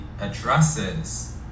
addresses